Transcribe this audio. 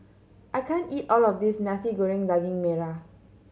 I can't eat all of this Nasi Goreng Daging Merah